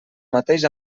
mateix